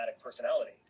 personality